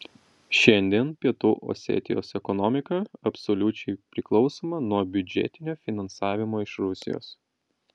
šiandien pietų osetijos ekonomika absoliučiai priklausoma nuo biudžetinio finansavimo iš rusijos